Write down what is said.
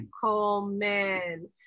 coleman